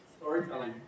storytelling